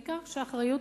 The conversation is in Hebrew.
בעיקר שהאחריות